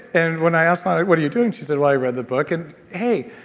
and when i asked lana, what are you doing? she said, well i read the book and hey,